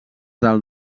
del